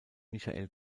michael